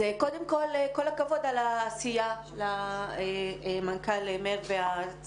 קודם כל, כל הכבוד על העשייה למנכ"ל והצוות.